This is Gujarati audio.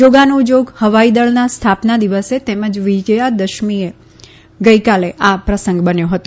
જોગાનુજોગ હવાઈદળના સ્થાપના દિવસે તેમજ વિજયાદશમીએ ગઈકાલે આ પ્રસંગ બન્યો હતો